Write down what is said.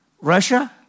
Russia